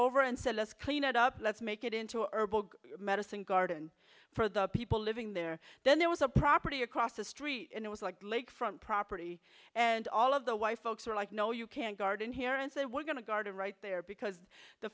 over and let's clean it up let's make it into herbal medicine garden for the people living there then there was a property across the street and it was like lakefront property and all of the wife folks were like no you can't garden here and say we're going to garden right there because the